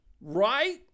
Right